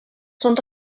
són